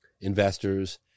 investors